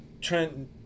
Trent